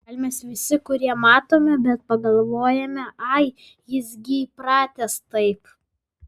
gal mes visi kurie matome bet pagalvojame ai jis gi įpratęs taip